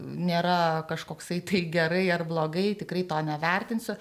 nėra kažkoksai tai gerai ar blogai tikrai to nevertinsiu